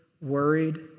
worried